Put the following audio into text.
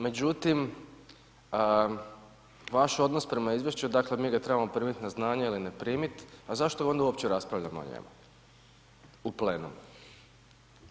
Međutim, vaš odnos prema izvješću, dakle mi ga trebamo primiti na znanje ili ne primiti a zašto onda uopće raspravljamo o njemu u plenumu?